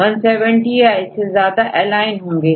170 या इससे ज्यादा एलाइन होंगे